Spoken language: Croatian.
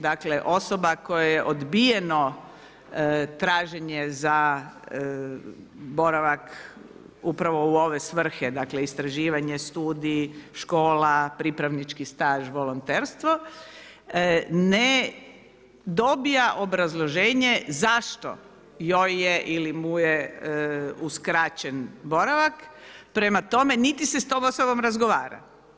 Dakle, osoba kojoj je odbijeno traženje za boravak upravo u ove svrhe, dakle, istraživanje, studij, škola, pripravnički staž, volonterstvo, ne dobija obrazloženje zašto joj je ili mu je uskraćen boravak, prema tome niti se s tom osobom razgovara.